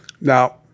Now